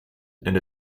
and